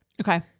Okay